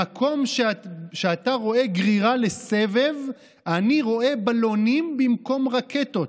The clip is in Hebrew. במקום שאתה רואה גרירה לסבב אני רואה בלונים במקום רקטות.